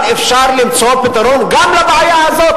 אבל אפשר למצוא פתרון גם לבעיה הזאת,